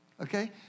Okay